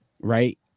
Right